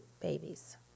babies